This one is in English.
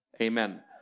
Amen